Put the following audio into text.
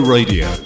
Radio